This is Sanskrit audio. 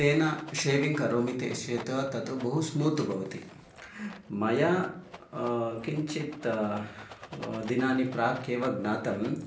तेन षेविङ् करोमि चेत् तत् बहु स्मूत् भवति मया किञ्चित् दिनानि प्राक् एव ज्ञातम्